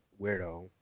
weirdo